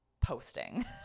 posting